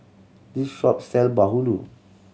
this shop sell bahulu